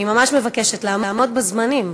אני ממש מבקשת לעמוד בזמנים.